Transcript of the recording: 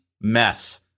mess